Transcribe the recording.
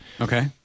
Okay